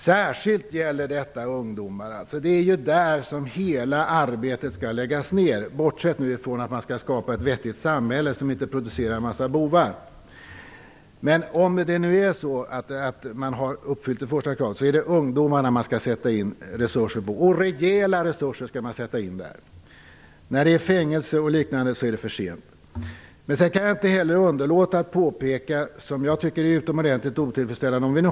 Särskilt gäller detta ungdomar. Man skall lägga ner hela arbetet på dem, bortsett från att man skall skapa ett vettigt samhälle som inte producerar en massa bovar. Om det kravet har uppfyllts skall resurser sättas in för ungdomarna. Det skall vara rejäla resurser. När de har hamnat i fängelse och liknande är det för sent. Jag kan inte underlåta att påpeka något som jag tycker är utomordentligt otillfredsställande.